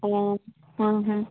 ꯑꯣ ꯎꯝ ꯍꯨꯝ